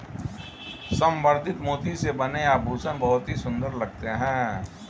संवर्धित मोती से बने आभूषण बहुत ही सुंदर लगते हैं